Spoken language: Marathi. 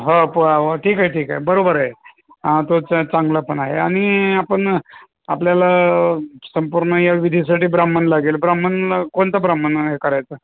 हो प ठीक आहे ठीक आहे बरोबर आहे तो चांगला पण आहे आणि आपण आपल्याला संपूर्ण या विधिसाठी ब्राह्मण लागेल ब्राह्मणला कोणतं ब्राह्मण हे करायचं